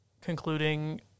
concluding